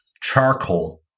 charcoal